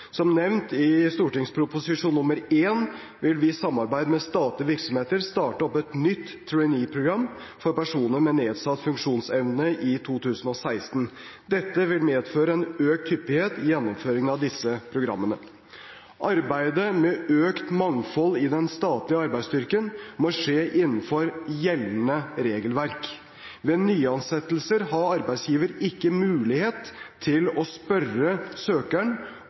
Som nevnt i Prop. 1 S vil vi i samarbeid med de statlige virksomhetene starte opp et nytt traineeprogram for personer med nedsatt funksjonsevne i 2016. Dette vil medføre en økt hyppighet i gjennomføringen av disse programmene. Arbeidet med økt mangfold i den statlige arbeidsstyrken må skje innenfor gjeldende regelverk. Ved nyansettelser har arbeidsgiver ikke mulighet til å spørre søkeren